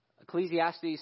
Ecclesiastes